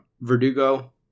Verdugo